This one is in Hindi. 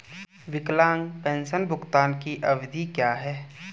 विकलांग पेंशन भुगतान की अवधि क्या है?